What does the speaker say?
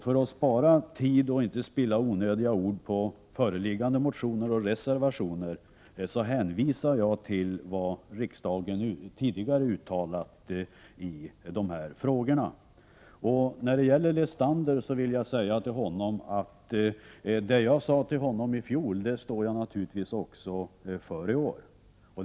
För att spara tid och inte spilla onödiga ord på föreliggande motioner och reservationer, hänvisar jag till vad riksdagen tidigare har uttalat i dessa frågor. Till Paul Lestander vill jag säga att det som jag sade till honom i fjol står jag naturligtvis fast vid även i år.